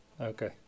Okay